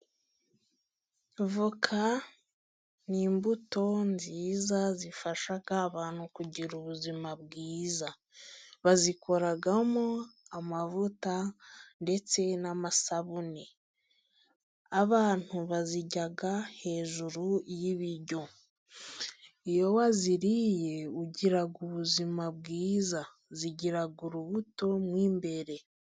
Voka n'imbuto nziza zifasha abantu kugira ubuzima bwiza bazikoramo amavuta ndetse n'amasabune, abantu bazirya hejuru y'ibiryo iyo wa ziriye ugira ubuzima bwiza zigira urubuto mo imbere.